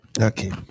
Okay